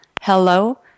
hello